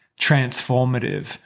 transformative